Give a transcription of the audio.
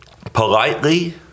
politely